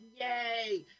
yay